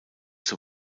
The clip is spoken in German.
zur